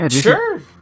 sure